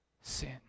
sin